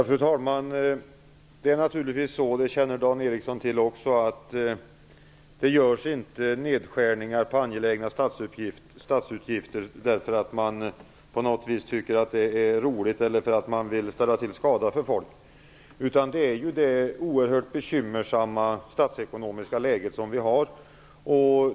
Fru talman! Det är naturligtvis så, vilket också Dan Ericsson känner till, att det inte görs nedskärningar på angelägna statsutgifter därför att man på något vis tycker att det är roligt eller därför att man vill ställa till skada för människor. Det beror på det oerhört bekymmersamma statsekonomiska läge som vi har.